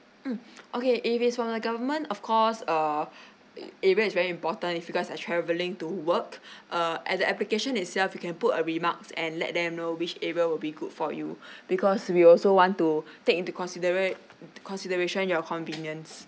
mm okay if it's from the government of course err area is very important if you guys are travelling to work uh at the application itself you can put a remarks and let them know which area will be good for you because we will also want to take into considerate consideration your convenience